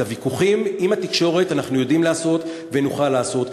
את הוויכוחים עם התקשורת אנחנו יודעים לעשות ונוכל לעשות,